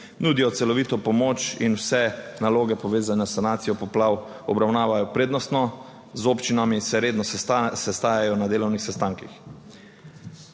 nudijo celovito pomoč in vse naloge povezane s sanacijo poplav obravnavajo prednostno. Z občinami se redno sestajajo na delovnih sestankih.